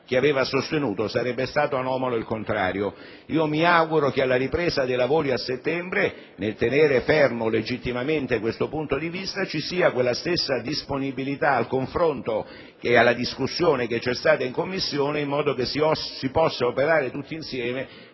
che aveva sostenuto nella passata legislatura. Mi auguro che alla ripresa dei lavori a settembre, nel tener fermo questo punto di vista, ci sia la stessa disponibilità al confronto e alla discussione che c'è stata in Commissione, in modo che si possa operare tutti insieme